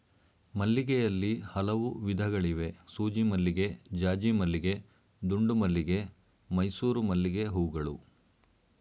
ಮಲ್ಲಿಗೆಯಲ್ಲಿ ಹಲವು ವಿಧಗಳಿವೆ ಸೂಜಿಮಲ್ಲಿಗೆ ಜಾಜಿಮಲ್ಲಿಗೆ ದುಂಡುಮಲ್ಲಿಗೆ ಮೈಸೂರು ಮಲ್ಲಿಗೆಹೂಗಳು